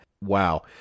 Wow